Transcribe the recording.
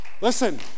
Listen